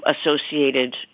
associated